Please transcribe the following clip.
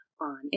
on